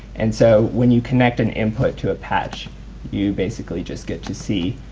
and so when you connect an input to a patch you basically just get to see